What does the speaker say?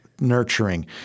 nurturing